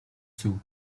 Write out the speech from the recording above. зөв